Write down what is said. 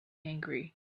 angry